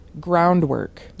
groundwork